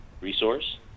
resource